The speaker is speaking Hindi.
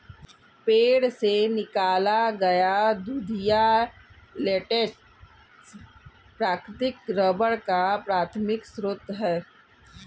पेड़ से निकाला गया दूधिया लेटेक्स प्राकृतिक रबर का प्राथमिक स्रोत है